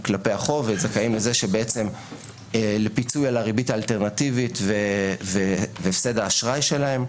כלפי החוב והם זכאים לפיצוי על הריבית האלטרנטיבית והפסד האשראי שלהם.